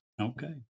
Okay